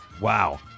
Wow